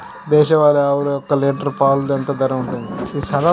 దేశవాలి ఆవులు ఒక్క లీటర్ పాలు ఎంత ధర ఉంటుంది?